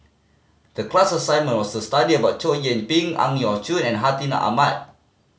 the class assignment was to study about Chow Yian Ping Ang Yau Choon and Hartinah Ahmad